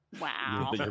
Wow